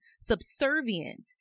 subservient